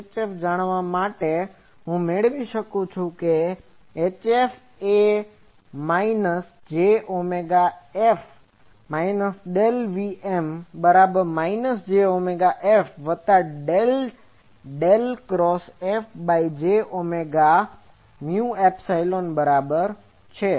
તો HF જાણવા માટે હું મેળવી શકું કે HF jωF VM∇∇Fjωμϵ HF એ minus j omega F minus del VM બરાબર માઇનસ જે ઓમેગા એફ વત્તા del del cross F by j omega mu epsilon બરાબર છે